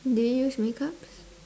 do you use makeups